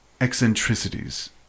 eccentricities